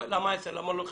למה 10 ולמה לא 11,